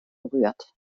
gerührt